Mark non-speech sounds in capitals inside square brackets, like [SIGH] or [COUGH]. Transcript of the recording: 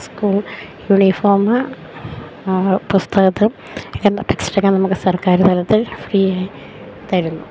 school uniform പുസ്തകം [UNINTELLIGIBLE] ടെക്സ്റ്റൊക്കെ നമുക്ക് സർക്കാര്തലത്തിൽ ഫ്രീയായി തരുന്നു